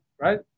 right